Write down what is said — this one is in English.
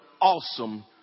awesome